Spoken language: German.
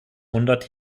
hundert